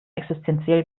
existenziell